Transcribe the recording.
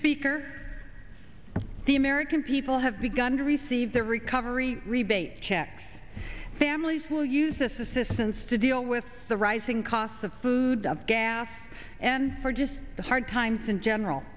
speaker the american people have begun to receive the recovery rebate checks families will use this assistance to deal with the rising costs of food gas and for just the hard times in general